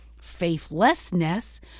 Faithlessness